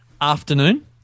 afternoon